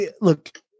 look